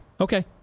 Okay